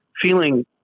Feeling